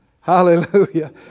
Hallelujah